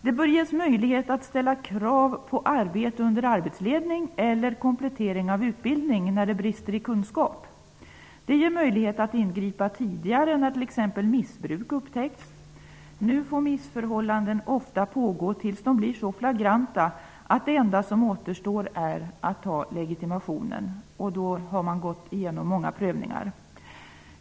Det bör ges möjlighet att ställa krav på arbete under arbetsledning och möjlighet till kompletterande utbildning när det brister i kunskap. Det ger möjlighet till tidigare ingripanden när exempelvis missbruk upptäcks. I dag får missförhållanden ofta pågå tills de blir så flagranta att det enda som återstår är att, efter många prövningar, dra in legitimationen.